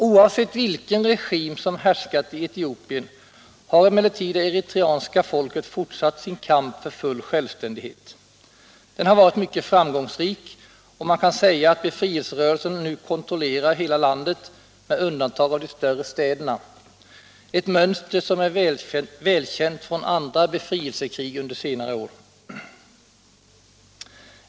Oavsett vilken regim som har härskat i Etiopien har emellertid det eritreanska folket fortsatt sin kamp för full självständighet. Den har varit mycket framgångsrik, och man kan säga att befrielserörelsen nu kontrollerar hela landet med undantag av de större städerna, ett mönster som är välkänt från andra befrielsekrig under senare år.